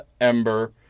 Ember